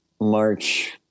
march